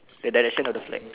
the direction of the flag